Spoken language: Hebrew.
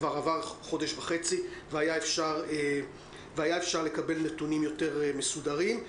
כבר עבר חודש וחצי והיה אפשר לקבל נתונים יותר מסודרים.